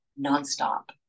nonstop